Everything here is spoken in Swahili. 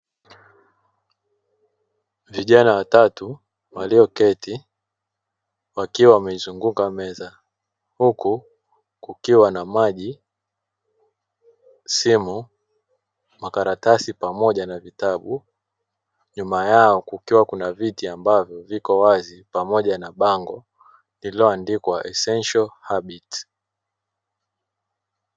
Vijana watatu walioketi wakiwa wameizunguka meza huku kukiwa na maji, simu, makaratasi pamoja na vitabu. Nyuma yao kukiwa kuna viti ambavyo viko wazi pamoja na bango lililoandikwa "essential habits".